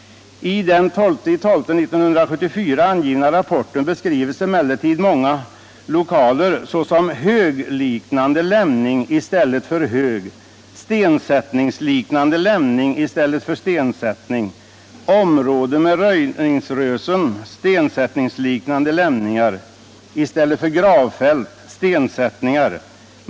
I den rapport som avgivits den 12 december 1974 beskrivs emellertid många lokaler såsom ”högliknande lämning” i stället för hög, ”stensättningsliknande lämning” i stället för stensättning, ”område med röjningsrösen stensättningar.